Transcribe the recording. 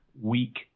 weak